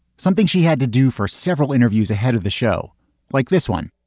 something she had to do for several interviews ahead of the show like this one,